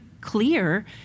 clear